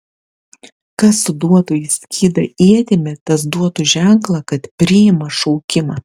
kas suduotų į skydą ietimi tas duotų ženklą kad priima šaukimą